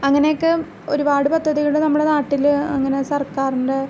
അങ്ങനെ ഒക്കെ ഒരുപാട് പദ്ധതികള് നമ്മുടെ നാട്ടില് അങ്ങനെ സർക്കാരിൻ്റെ